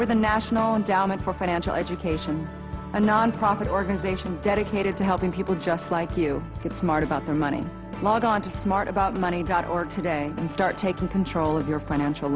a national endowment for financial education a nonprofit organization dedicated to helping people just like you get smart about their money log on to smart about money dot org today and start taking control of your financial